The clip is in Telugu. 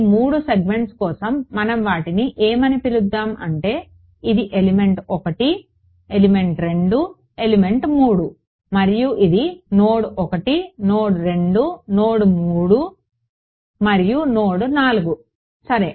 ఈ 3 సెగ్మెంట్స్ కోసం మనం వాటిని ఏమని పిలుద్దాం అంటే ఇది ఎలిమెంట్ 1 ఎలిమెంట్ 2 ఎలిమెంట్ 3 మరియు ఇది నోడ్ 1 నోడ్ 2 నోడ్ 3 మరియు నోడ్ 4 సరే